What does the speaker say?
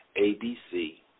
ABC